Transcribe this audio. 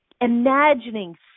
imagining